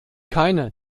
keine